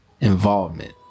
involvement